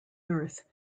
earth